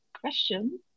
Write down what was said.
question